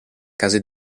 case